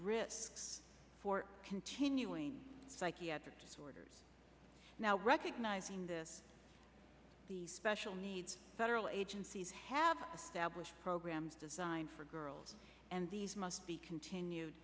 risks for continuing psychiatric disorders now recognizing the special needs federal agencies have stablished programs designed for girls and these must be continued